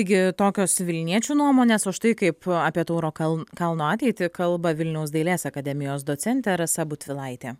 taigi tokios vilniečių nuomonės o štai kaip apie tauro kal kalno ateitį kalba vilniaus dailės akademijos docentė rasa butvilaitė